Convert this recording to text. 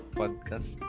podcast